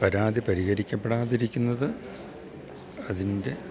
പരാതി പരിഹരിക്കപ്പെടാതിരിക്കുന്നത് അതിൻ്റെ